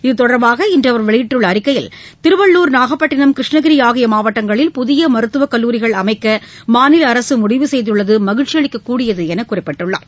இது தொடர்பாக இன்று அவர் வெளியிட்டுள்ள அறிக்கையில் திருவள்ளுர் நாகப்பட்டினம் கிருஷ்ணகிரி ஆகிய மாவட்டங்களில் புதிய மருத்துவக் கல்லூரிகள் அமைக்க மாநில அரசு முடிவு செய்துள்ளது மகிழ்ச்சி அளிக்கக்கூடியது என்று குறிப்பிட்டுள்ளார்